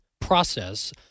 process